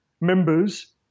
members